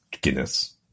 Guinness